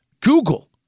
Google